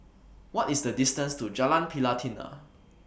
What IS The distance to Jalan Pelatina